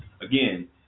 again